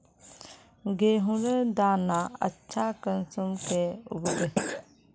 गेहूँर दाना अच्छा कुंसम के उगबे?